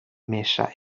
mecha